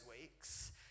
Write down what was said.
weeks